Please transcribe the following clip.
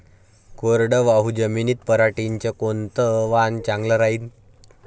कोरडवाहू जमीनीत पऱ्हाटीचं कोनतं वान चांगलं रायीन?